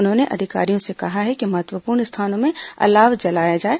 उन्होंने अधिकारियों से कहा है कि महत्वपूर्ण स्थानों में अलाव जलाया जाए